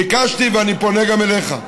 ביקשתי ואני פונה גם אליך: